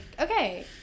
okay